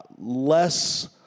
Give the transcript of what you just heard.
less